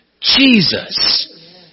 Jesus